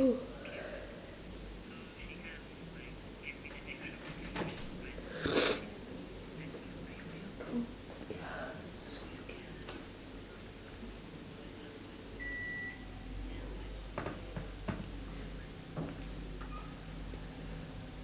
oh